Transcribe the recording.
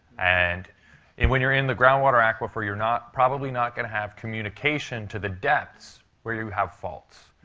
and and when you're in the groundwater aquifer, you're not probably not going to have communication to the depths where you have faults.